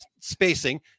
spacing